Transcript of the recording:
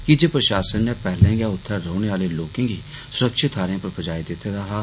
कि जे प्रषासन नै पैहले गै उत्थै रौहने आहले लोकें गी सुरक्षित थाह्रें उप्पर पजाई दित्ते दा हा